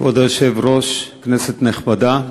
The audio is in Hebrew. כבוד היושב-ראש, כנסת נכבדה,